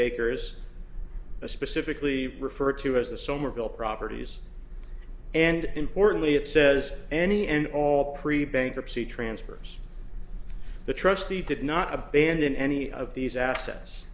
acres a specifically referred to as the somerville properties and importantly it says any and all pre bankruptcy transfers the trustee did not abandon any of these assets